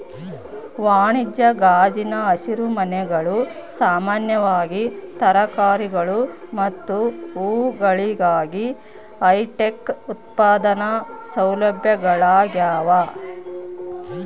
ವಾಣಿಜ್ಯ ಗಾಜಿನ ಹಸಿರುಮನೆಗಳು ಸಾಮಾನ್ಯವಾಗಿ ತರಕಾರಿಗಳು ಮತ್ತು ಹೂವುಗಳಿಗಾಗಿ ಹೈಟೆಕ್ ಉತ್ಪಾದನಾ ಸೌಲಭ್ಯಗಳಾಗ್ಯವ